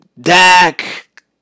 Dak